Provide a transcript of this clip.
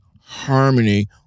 harmony